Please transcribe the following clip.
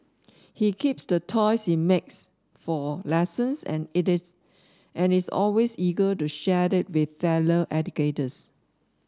he keeps the toys he makes for lessons and it is and is always eager to share it with fellow educators